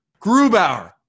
Grubauer